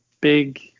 big